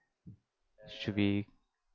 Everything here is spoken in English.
should be